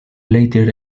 later